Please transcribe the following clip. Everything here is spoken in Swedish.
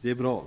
Det är bra.